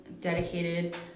dedicated